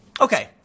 Okay